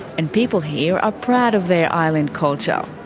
and people here are proud of their island culture.